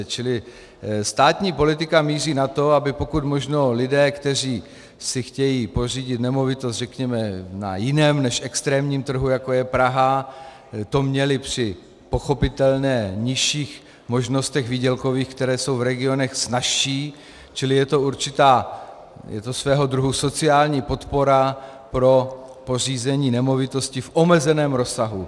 Čili státní politika míří na to, aby pokud možno lidé, kteří si chtějí pořídit nemovitost řekněme na jiném než extrémním trhu, jako je Praha, to měli, při pochopitelně nižších možnostech výdělkových, které jsou v regionech, snazší, čili je to svého druhu sociální podpora pro pořízení nemovitosti v omezeném rozsahu.